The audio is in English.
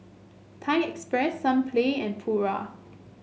Thai Express Sunplay and Pura